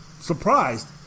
surprised